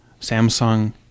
Samsung